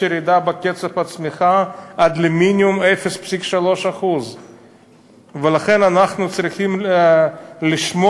יש ירידה בקצב הצמיחה עד מינימום של 0.3%. לכן אנחנו צריכים לשמוע